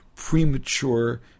premature